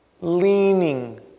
leaning